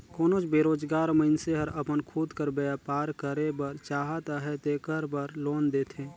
कोनोच बेरोजगार मइनसे हर अपन खुद कर बयपार करे बर चाहत अहे तेकर बर लोन देथे